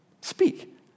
speak